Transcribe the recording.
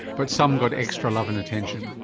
but some got extra love and attention.